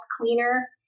cleaner